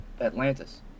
Atlantis